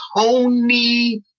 Tony